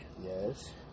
Yes